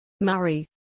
Murray